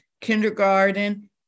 kindergarten